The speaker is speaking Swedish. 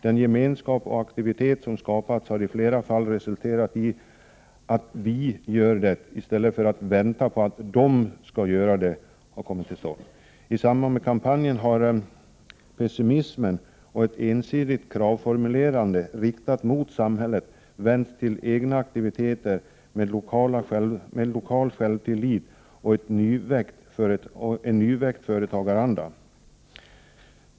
Den gemenskap och aktivitet som skapats har i flera fall resulterat i att man fått en känsla av att ”vi gör det” i stället för att vänta på att ”de ska göra det”. I samband med kampanjen har pessimismen och ett ensidigt kravformulerande, riktat mot samhället, vänts till egna aktiviteter med lokal självtillit och en nyväckt företagaranda.